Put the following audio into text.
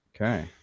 Okay